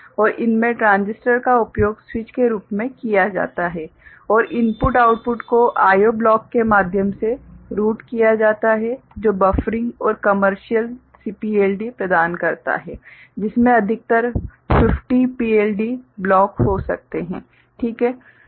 और इसमें ट्रांजिस्टर का उपयोग स्विच के रूप में किया जाता है और इनपुट आउटपुट को IO ब्लॉक के माध्यम से रूट किया जाता है जो बफरिंग और कमर्शियल CPLD प्रदान करता है जिसमें अधिकतम 50 PLD ब्लॉक हो सकते हैं ठीक है